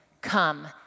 come